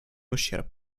ущерб